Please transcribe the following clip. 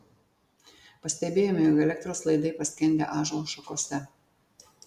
pastebėjome jog elektros laidai paskendę ąžuolo šakose